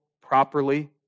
properly